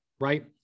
right